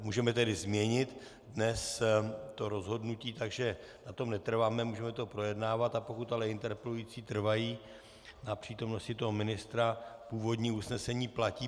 Můžeme tedy dnes to rozhodnutí změnit, takže na tom netrváme, můžeme to projednávat, a pokud ale interpelující trvají na přítomnosti toho ministra, původní usnesení platí.